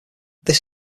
this